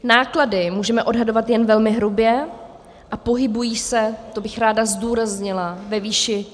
Náklady můžeme odhadovat jen velmi hrubě a pohybují se, to bych ráda zdůraznila, ve výši...